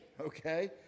Okay